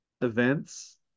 events